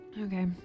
Okay